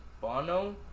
Bono